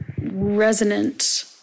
resonant